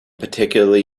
particularly